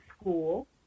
school